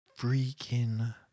freaking